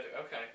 okay